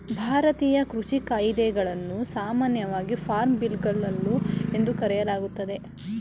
ಭಾರತೀಯ ಕೃಷಿ ಕಾಯಿದೆಗಳನ್ನು ಸಾಮಾನ್ಯವಾಗಿ ಫಾರ್ಮ್ ಬಿಲ್ಗಳು ಎಂದು ಕರೆಯಲಾಗ್ತದೆ